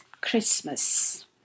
Christmas